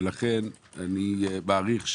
לכן אני מעריך,